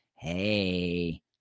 hey